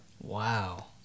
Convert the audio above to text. wow